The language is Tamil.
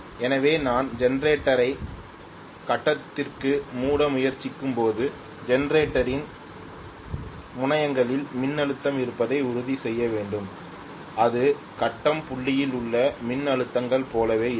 எனவே நான் ஜெனரேட்டரை கட்டத்திற்கு மூட முயற்சிக்கும்போது ஜெனரேட்டரின் முனையங்களில் மின்னழுத்தம் இருப்பதை உறுதி செய்ய வேண்டும் அது கட்டம் புள்ளியில் உள்ள மின்னழுத்தங்கள் போலவே இருக்கும்